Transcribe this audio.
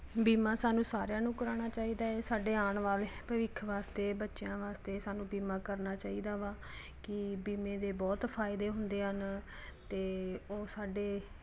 ਬੀਮਾ ਸਾਨੂੰ ਸਾਰਿਆਂ ਨੂੰ ਕਰਾਉਣਾ ਚਾਹੀਦਾ ਹੈ ਸਾਡੇ ਆਉਣ ਵਾਲੇ ਭਵਿੱਖ ਵਾਸਤੇ ਬੱਚਿਆਂ ਵਾਸਤੇ ਸਾਨੂੰ ਬੀਮਾ ਕਰਨਾ ਚਾਹੀਦਾ ਵਾ ਕਿ ਬੀਮੇ ਦੇ ਬਹੁਤ ਫਾਇਦੇ ਹੁੰਦੇ ਹਨ ਅਤੇ ਉਹ ਸਾਡੇ